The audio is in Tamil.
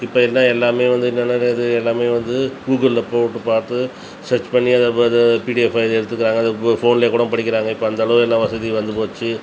இப்போ எல்லா எல்லாமே வந்து என்னென்னாது எல்லாமே வந்து கூகுளில் போட்டு பார்த்து சர்ச் பண்ணி அதை அதை பிடிஎஃப்பாக எடுத்துக்கிறாங்க அதை போ ஃபோனில் கூடம் படிக்கிறாங்க இப்போ அந்தளவு எல்லாம் வசதியும் வந்து போச்சு